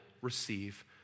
receive